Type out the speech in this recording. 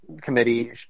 committee